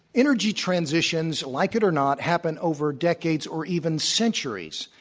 energy transitions, like it or not, happen over decades, or even centuries,